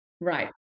Right